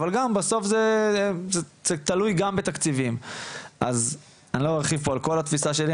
אבל גם בסוף זה תלוי גם בתקציבים אז אני לא ארחיב פה על כל התפיסה שלי,